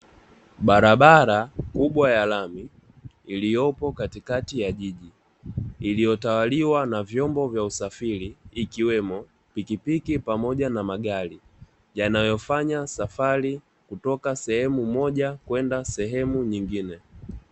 Barabara kubwa ya lami, iliyopo katikati ya jiji, iliyotawaliwa na vyombo vya usafiri, ikiwemo pikipiki pamoja na magari, yanafanya safari kutoka sehemu moja kwenda sehemu nyingine .